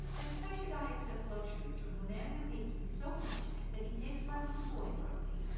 and why should i accept luxuries from the man who hates me so much that he takes my little boy from me,